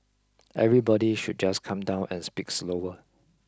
everybody should just calm down and speak slower